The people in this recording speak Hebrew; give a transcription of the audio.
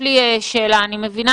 ממה